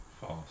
False